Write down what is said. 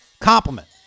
Compliment